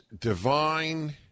divine